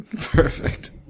Perfect